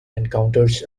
encounters